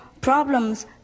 problems